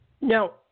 Now